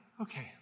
okay